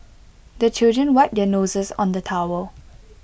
the children wipe their noses on the towel